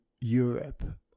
Europe